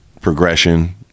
progression